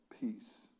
peace